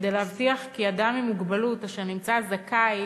כדי להבטיח כי אדם עם מוגבלות אשר נמצא זכאי